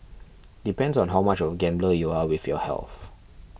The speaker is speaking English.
depends on how much of a gambler you are with your health